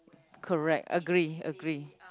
correct agree agree